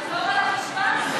תחזור על המשפט,